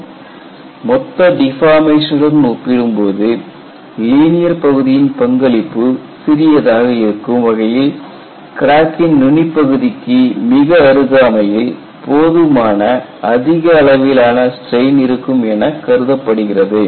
Refer Slide Time 3036 மொத்த டிபார்மேஷனுடன் ஒப்பிடும்போது லீனியர் பகுதியின் பங்களிப்பு சிறியதாக இருக்கும் வகையில் கிராக்கின் நுனிப் பகுதிக்கு மிக அருகாமையில் போதுமான அதிக அளவிலான ஸ்டிரெயின் இருக்கும் என கருதப்படுகிறது